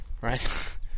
right